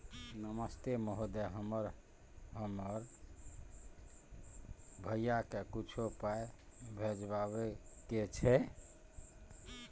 नमस्ते महोदय, हमरा हमर भैया के कुछो पाई भिजवावे के छै?